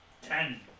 Ten